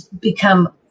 become